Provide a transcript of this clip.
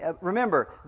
Remember